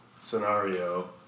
scenario